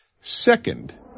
Second